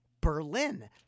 Berlin